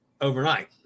overnight